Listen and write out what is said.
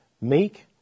meek